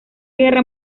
guerra